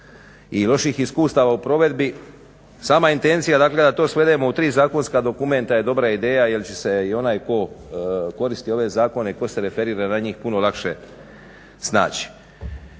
i loših iskustava u provedbi sama intencija je dakle da to svedemo u tri zakonska dokumenta je dobra ideja jer će se i onaj tko koristi ove zakone i tko se referira na njih puno lakše snaći.